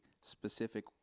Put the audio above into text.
specific